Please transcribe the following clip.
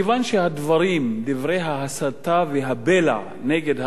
דברי ההסתה והבלע נגד האזרחים הערבים,